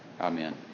Amen